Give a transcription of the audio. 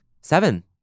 Seven